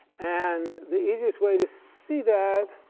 and the easiest way to see that